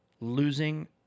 losing